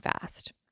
fast